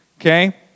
Okay